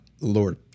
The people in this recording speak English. Lord